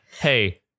Hey